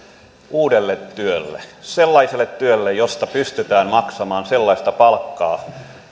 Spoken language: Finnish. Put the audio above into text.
uudelle työlle sellaiselle työlle josta pystytään maksamaan sellaista palkkaa